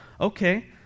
okay